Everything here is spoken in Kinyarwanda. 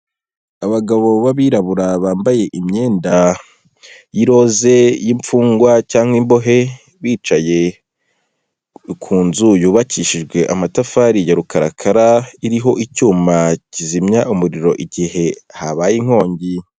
Abagabo b'abirabura bambaye imyenda y'iroze y'imfungwa cyangwa imbohe, bicaye ku nzu yubakishijwe amatafari ya rukarakara iriho icyuma kizimya umuriro igihe habaye inkongi.